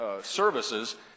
services